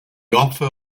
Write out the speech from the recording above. offer